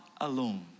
alone